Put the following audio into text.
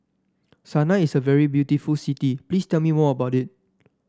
Sanaa is a very beautiful city please tell me more about it